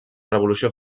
revolució